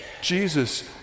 Jesus